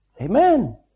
Amen